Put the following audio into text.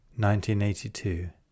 1982